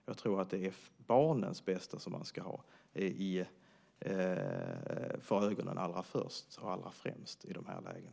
Jag tror att det är främst barnens bästa man ska ha för ögonen.